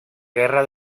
guerra